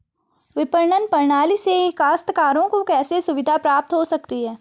विपणन प्रणाली से काश्तकारों को कैसे सुविधा प्राप्त हो सकती है?